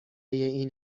این